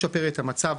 לשפר את המצב,